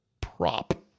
prop